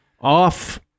off